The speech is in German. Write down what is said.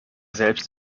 selbst